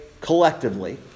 collectively